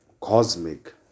Cosmic